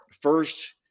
first